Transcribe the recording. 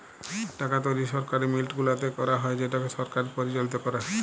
টাকা তৈরি সরকারি মিল্ট গুলাতে ক্যারা হ্যয় যেটকে সরকার পরিচালিত ক্যরে